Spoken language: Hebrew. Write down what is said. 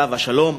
עליו השלום,